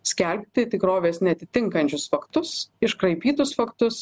skelbti tikrovės neatitinkančius faktus iškraipytus faktus